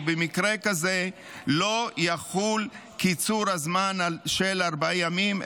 ובמקרה כזה לא יחול קיצור הזמן של ארבעה ימים,